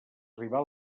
arribar